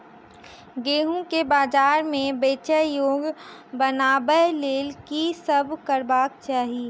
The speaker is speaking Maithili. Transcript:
गेंहूँ केँ बजार मे बेचै योग्य बनाबय लेल की सब करबाक चाहि?